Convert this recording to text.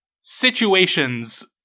situations